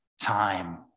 time